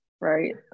right